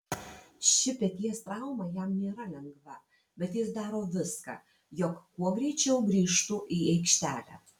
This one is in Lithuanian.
ši peties trauma jam nėra lengva bet jis daro viską jog kuo greičiau grįžtų į aikštelę